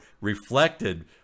reflected